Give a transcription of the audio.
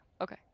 Okay